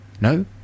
no